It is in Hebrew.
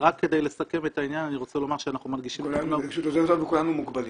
נגישות עוזרת לנו כי כולנו מוגבלים.